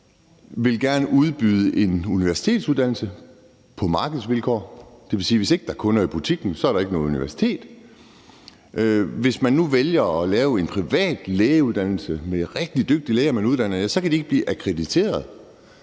vil gerne udbyde en universitetsuddannelse på markedsvilkår – det vil sige, at hvis der ikke er nogen kunder i butikken, er der ikke noget universitet. Hvis man nu vælger at lave en privat lægeuddannelse, hvor man uddanner rigtig dygtige læger, så kan det ikke blive akkrediteret.